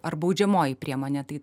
ar baudžiamoji priemonė tai